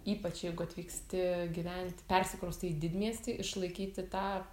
ypač jeigu atvyksti gyventi persikraustai į didmiestį išlaikyti tą